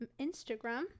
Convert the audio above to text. Instagram